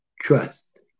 trust